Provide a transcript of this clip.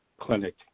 clinic